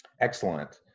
Excellent